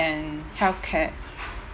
and healthcare